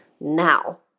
Now